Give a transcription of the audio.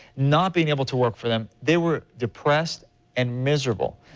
not being able to work for them, they were depressed and miserable.